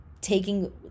taking